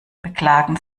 beklagen